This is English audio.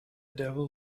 devil